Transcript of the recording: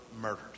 murdered